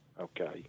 okay